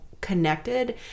connected